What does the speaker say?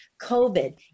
covid